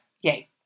Yay